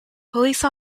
police